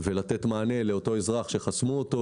ולתת מענה לאותו אזרח שחסמו אותו,